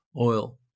oil